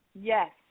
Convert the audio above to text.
yes